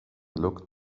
looked